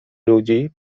ludzi